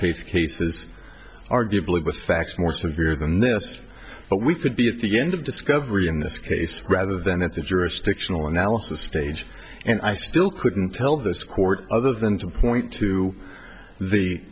faith cases arguably with facts more severe than this but we could be at the end of discovery in this case rather than at the jurisdictional analysis stage and i still couldn't tell this court other than to point to the